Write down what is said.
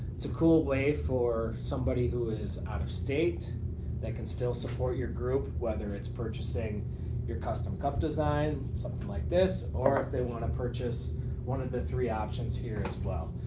it's a cool way for somebody who is out of state that can still support your group whether it's purchasing your custom cup design, something like this or if they want to purchase one of the three options here as well.